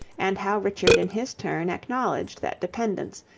and how richard in his turn acknowledged that dependence,